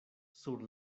sur